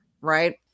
Right